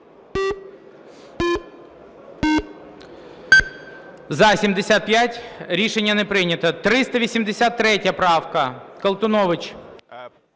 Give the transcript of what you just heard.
За-75 Рішення не прийнято. 383 правка, Колтунович.